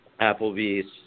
Applebee's